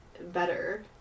better